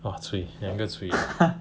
!wah! cui 两个 cui